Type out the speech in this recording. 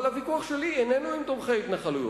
אבל הוויכוח שלי איננו עם תומכי התנחלויות.